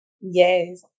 Yes